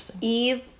Eve